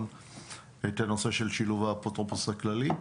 את הנושא של שילוב האפוטרופוס הכללי,